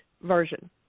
version